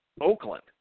Oakland